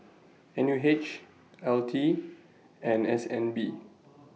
N U H L T and S N B